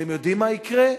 אתם יודעים מה יקרה?